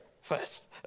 first